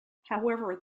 however